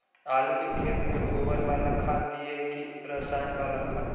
आलू के खेत में गोबर बाला खाद दियै की रसायन बाला खाद?